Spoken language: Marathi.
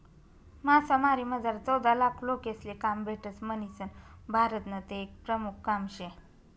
मासामारीमझार चौदालाख लोकेसले काम भेटस म्हणीसन भारतनं ते एक प्रमुख काम शे